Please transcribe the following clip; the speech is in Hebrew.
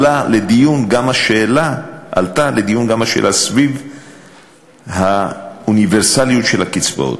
עלתה לדיון גם השאלה של האוניברסליות של הקצבאות.